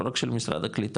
לא רק של משרד הקליטה,